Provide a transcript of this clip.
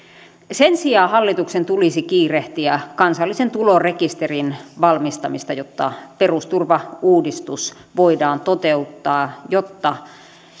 sen sijaan hallituksen tulisi kiirehtiä kansallisen tulorekisterin valmistamista jotta perusturvauudistus voidaan toteuttaa jotta